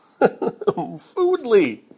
Foodly